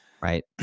Right